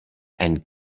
and